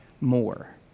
more